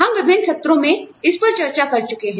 हम विभिन्न सत्रों में इस पर चर्चा कर चुके हैं